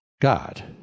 God